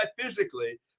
physically